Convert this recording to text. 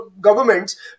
governments